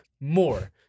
more